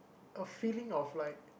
a feeling of like